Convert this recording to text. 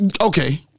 okay